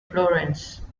florence